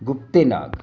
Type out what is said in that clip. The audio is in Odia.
ଗୁପ୍ତି ନାଗ